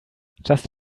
just